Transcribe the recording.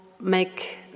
make